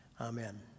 Amen